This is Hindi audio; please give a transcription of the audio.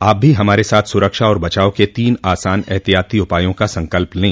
आप भी हमारे साथ सुरक्षा और बचाव के तीन आसान एहतियाती उपायों का संकल्प लें